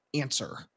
answer